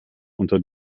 unter